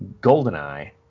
Goldeneye